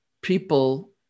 people